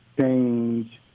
change